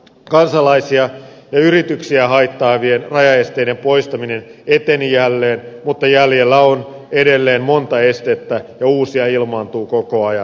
kansalaisia ja yrityksiä haittaavien rajaesteiden poistaminen eteni jälleen mutta jäljellä on edelleen monta estettä ja uusia ilmaantuu koko ajan